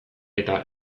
eta